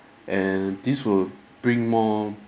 and this will bring more